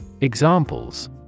Examples